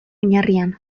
oinarrian